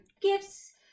gifts